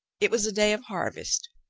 it was a day of harvest.